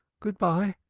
good-bye.